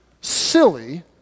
silly